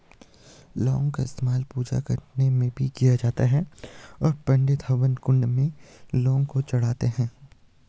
लौंग का इस्तेमाल पूजा करने में भी किया जाता है पंडित हवन कुंड में लौंग को चढ़ाते हैं